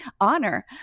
honor